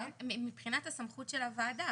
מבחינת הסמכות של הוועדה.